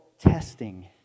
testing